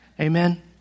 Amen